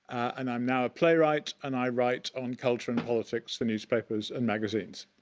and i'm now a playwright and i write on culture and politics for newspapers and magazines.